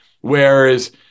Whereas